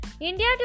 India